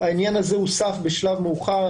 הדבר הזה הוסף בשלב מאוחר.